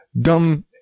dumb